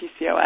PCOS